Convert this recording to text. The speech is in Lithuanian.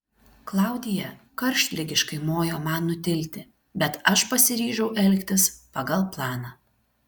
klaudija karštligiškai mojo man nutilti bet aš pasiryžau elgtis pagal planą